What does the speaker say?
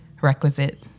Requisite